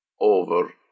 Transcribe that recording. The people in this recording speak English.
over